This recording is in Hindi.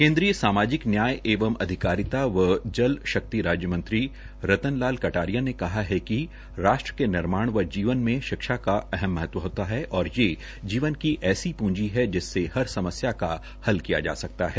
केन्द्रीय सामाजिक न्याय एवं अधिकारिता व जल शक्ति राज्य मंत्री रतन लाल कटारिया ने कहा कि है राष्ट्र के निर्माण व जीवन में शिक्षा का अहम महत्व होता है तथा ये जीवन की एक ऐसी पं्जी है जिससे हर समस्या का हल किया जा सकता है